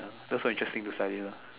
those are interesting to study lor